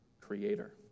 creator